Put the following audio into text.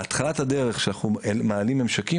בתחילת הדרך כשאנחנו מעלים ממשקים,